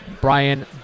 Brian